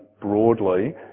broadly